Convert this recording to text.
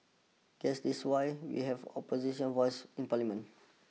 guess this is why we have opposition voices in parliament